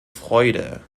freude